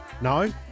No